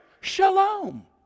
Shalom